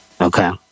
Okay